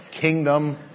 kingdom